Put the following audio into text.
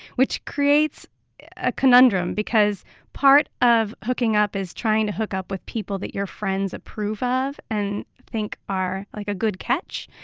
which creates a conundrum because part of hooking up is trying to hook up with people that your friends approve of and think are, like, a good catch.